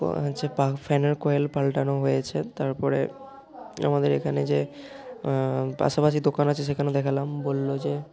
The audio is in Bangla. হচ্ছে ফ্যানের কয়েল পাল্টানো হয়েছে তারপরে আমাদের এখানে যে পাশাপাশি দোকান আছে সেখানেও দেখালাম বলল যে